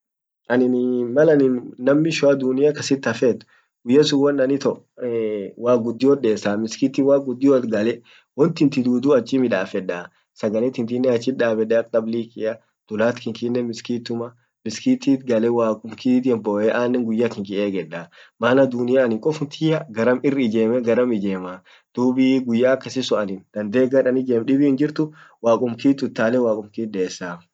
annin ee mal annin nam mishoa dunia kasit haffet guyya sun won an ito waq guddiot desaa, mskiti waq guddioat gale wontiti dudu achi midaffeda sagale tintinnen achit dabbede ak tabilikia dullat kinkinen miskituma miskitit gale waqqum kit boyye annen guyya kinki egeddaa, maana dunia annin kofum tiyya garam irrr ijemme garam ijemaa